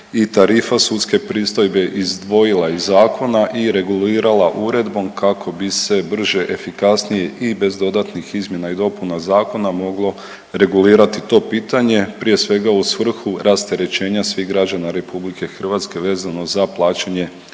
i tarifa sudske pristojbe izdvojila iz zakona i regulirala uredbom kako bi se brže, efikasnije i bez dodatnih izmjena i dopuna zakona moglo regulirati to pitanje prije svega u svrhu rasterećenja svih građana RH vezano za plaćanje